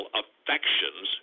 affections